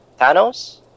Thanos